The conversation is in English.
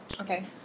Okay